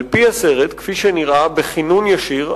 על-פי הסרט, כפי שנראה, בכינון ישיר.